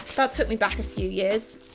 that took me back a few years.